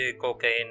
cocaine